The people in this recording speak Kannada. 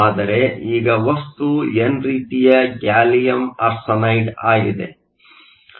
ಆದರೆ ಈಗ ವಸ್ತು ಎನ್ ರೀತಿಯ ಗ್ಯಾಲಿಯಂ ಆರ್ಸೆನೈಡ್ ಆಗಿದೆ